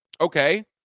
Okay